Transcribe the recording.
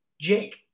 jake